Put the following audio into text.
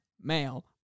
male